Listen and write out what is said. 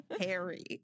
harry